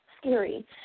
scary